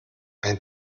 ein